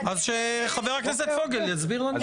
אז שחבר הכנסת פוגל יסביר לנו.